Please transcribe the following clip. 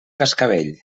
cascavell